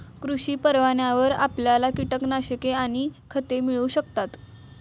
कृषी परवान्यावर आपल्याला कीटकनाशके आणि खते मिळू शकतात